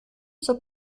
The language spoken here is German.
zur